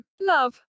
love